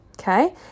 okay